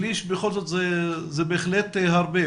שליש זה בהחלט הרבה.